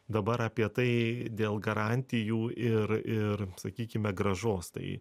dabar apie tai dėl garantijų ir ir sakykime grąžos tai